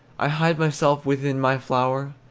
i hide myself within my flower,